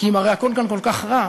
כי אם הרי הכול כאן כל כך רע,